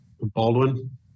Baldwin